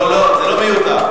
לא, זה לא מיותר.